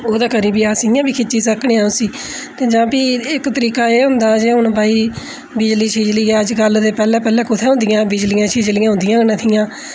ओह्दे करी बी अस इ'यां बी खिच्ची सकने आं उसी ते जां प्ही इक तरीका एह् होंदा हून भाई बिजली शिजली ऐ अज्ज कल ते पैह्लैं पैह्लैं कुत्थै होंदियां हा बिजलियां शिजलियां होंदियां गै नेहियां